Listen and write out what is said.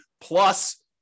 plus